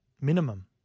Minimum